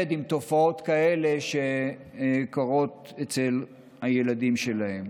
עם תופעות כאלה שקורות אצל הילדים שלהם.